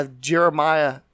Jeremiah